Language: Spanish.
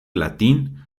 latín